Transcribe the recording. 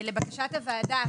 לבקשת הוועדה